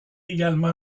également